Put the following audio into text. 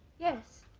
yes.